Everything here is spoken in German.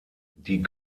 die